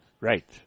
Right